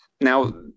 Now